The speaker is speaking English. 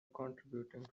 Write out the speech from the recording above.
contributing